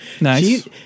nice